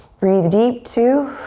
breathe deep, two.